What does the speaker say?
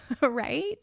right